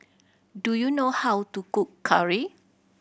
do you know how to cook curry